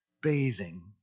bathing